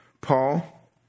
Paul